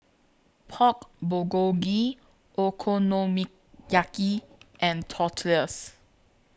Pork Bulgogi Okonomiyaki and Tortillas